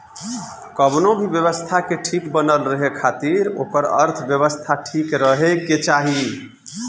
कवनो भी व्यवस्था के ठीक बनल रहे खातिर ओकर अर्थव्यवस्था ठीक रहे के चाही